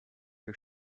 you